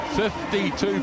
52